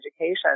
education